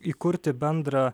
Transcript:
įkurti bendrą